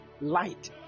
light